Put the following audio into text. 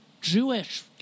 jewish